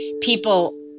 people